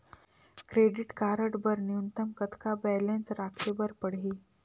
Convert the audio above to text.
Credit card बर न्यूनतम कतका बैलेंस राखे बर पड़ही?